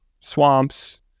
swamps